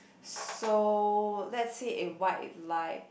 so let's say a white lie